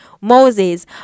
moses